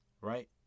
Right